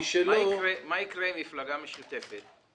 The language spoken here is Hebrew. מה יקרה עם מפלגה משותפת?